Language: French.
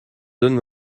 donne